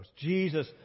Jesus